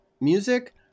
music